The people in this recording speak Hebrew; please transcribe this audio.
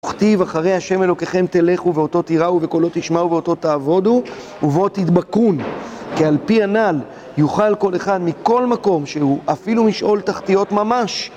וכתיב אחרי השם אלקיכם תלכו ואתו תיראו ובקלו תשמעו ואתו תעבדו ובו תדבקון, כי על פי הנ"ל יוכל כל אחד מכל מקום שהוא אפילו משאול תחתיות ממש